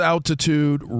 Altitude